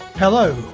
Hello